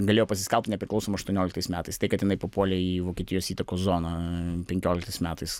galėjo pasiskelbt nepriklausoma aštuonioliktais metais tai kad jinai papuolė į vokietijos įtakos zoną penkioliktais metais